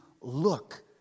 look